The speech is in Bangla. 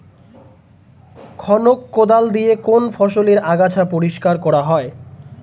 খনক কোদাল দিয়ে কোন ফসলের আগাছা পরিষ্কার করা হয়?